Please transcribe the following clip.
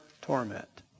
torment